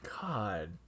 God